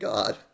God